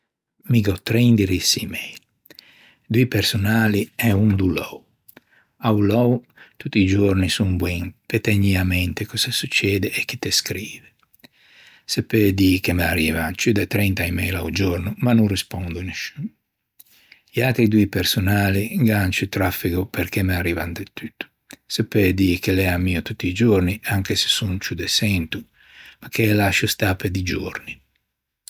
Mi gh'ò trei indirissi email: doî personali e un do lou. A-o lou tutti i giorni son boin pe tegnî à mente cöse succede e chi te scrive. Se peu dî che m'arrivan ciù de trenta email a-o giorno ma no rispondo a nisciun. I atri doî personali gh'an ciù traffego perché m'arriva de tutto. Se peu dî che i ammio tutti i giorni anche se son ciù de çento ma che e lascio stâ pe di giorni.